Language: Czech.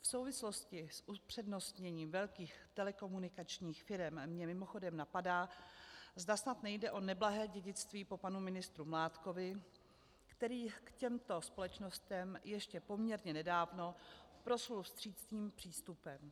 V souvislosti s upřednostněním velkých telekomunikačních firem mě mimochodem napadá, zda snad nejde o neblahé dědictví po panu ministru Mládkovi, který k těmto společnostem ještě poměrně nedávno proslul vstřícným přístupem.